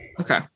okay